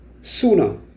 sooner